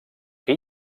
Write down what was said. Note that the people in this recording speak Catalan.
que